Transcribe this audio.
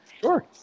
Sure